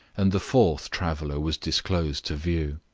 and the fourth traveler was disclosed to view.